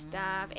mm